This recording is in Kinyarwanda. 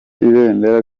ibendera